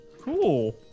Cool